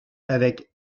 avec